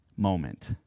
moment